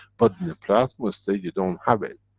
but in a plasma-state you don't have it.